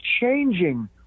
Changing